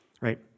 Right